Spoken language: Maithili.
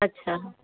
अच्छा